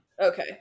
Okay